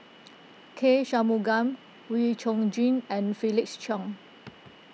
K Shanmugam Wee Chong Jin and Felix Cheong